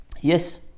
Yes